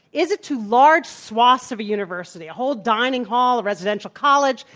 is it to large swaths of a university a whole dining hall, a residential college,